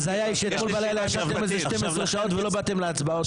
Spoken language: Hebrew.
ההזיה היא שאתמול בלילה ישבתם 12 שעות ולא באתם להצבעות אפילו,